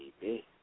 Baby